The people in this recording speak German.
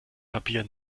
papier